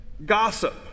Gossip